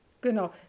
Genau